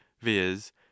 viz